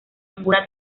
ninguna